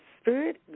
spirit